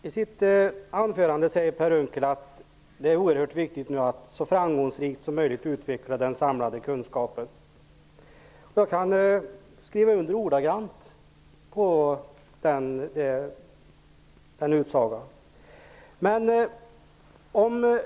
Herr talman! I sitt anförande säger Per Unckel att det är oerhört viktigt att så framgångsrikt som möjligt utveckla den samlade kunskapen. Jag kan helt skriva under på den utsagan.